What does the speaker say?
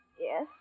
Yes